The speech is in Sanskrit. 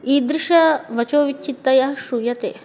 ईदृशाः वचोविच्चित्तयः श्रूयन्ते